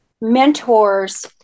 mentors